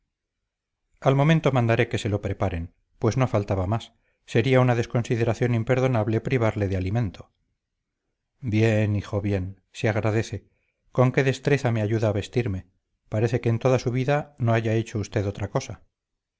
al momento mandaré que se lo preparen pues no faltaba más sería una desconsideración imperdonable privarle de alimento bien hijo bien se agradece con qué destreza me ayuda a vestirme parece que en toda su vida no ha hecho usted otra cosa